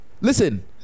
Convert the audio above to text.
Listen